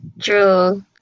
true